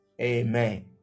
amen